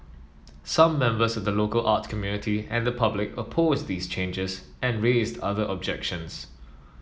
some members of the local art community and the public opposed these changes and raised other objections